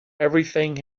everything